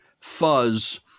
Fuzz